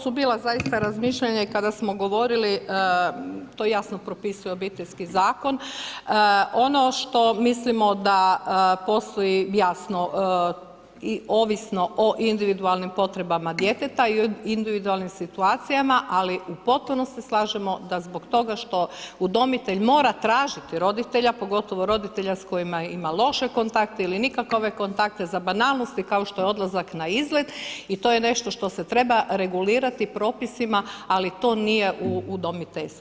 Ovo su bila zaista razmišljanja i kada smo govorili to jasno propisuje Obiteljski zakon, ono što mislimo da postoji jasno i ovisno o individualnim potrebama djeteta i individualnim situacijama, ali u potpunosti se slažemo da zbog toga što udomitelj mora tražiti roditelja, pogotovo roditelja s kojima ima loše kontakte ili nikakove kontakte za banalnosti kao što je odlazak na izlet i to je nešto što se treba regulirati propisima, ali to nije u udomiteljstvu.